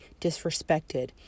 disrespected